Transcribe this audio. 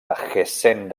hessen